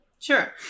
Sure